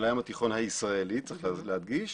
של הים התיכון הישראלי, צריך להדגיש.